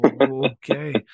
Okay